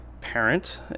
parent